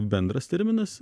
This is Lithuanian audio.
bendras terminas